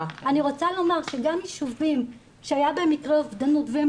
אני רוצה לומר שגם ישובים שהיו בהם מקרי אובדנות והם